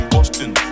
Boston